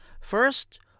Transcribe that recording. First